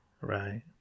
Right